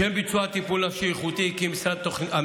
לשם ביצוע טיפול נפשי איכותי הקים המשרד